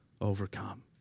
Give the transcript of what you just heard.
overcome